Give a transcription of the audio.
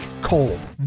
Cold